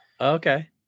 Okay